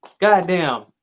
goddamn